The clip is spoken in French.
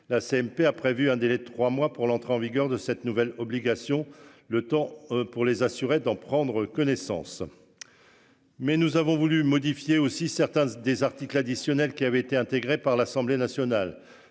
la CMP a prévu un délai de 3 mois pour l'entrée en vigueur de cette nouvelle obligation, le temps pour les assurés, d'en prendre connaissance.-- Mais nous avons voulu modifier aussi certains des articles additionnels qui avaient été intégrés par l'Assemblée nationale.